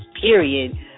period